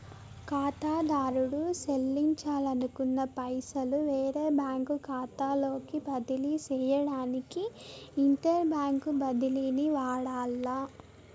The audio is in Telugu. కాతాదారుడు సెల్లించాలనుకున్న పైసలు వేరే బ్యాంకు కాతాలోకి బదిలీ సేయడానికి ఇంటర్ బ్యాంకు బదిలీని వాడాల్ల